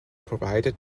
provided